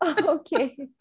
Okay